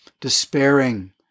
despairing